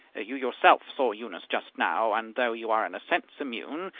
you yourself saw eunice just now and, though you are in a sense immune,